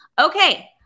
Okay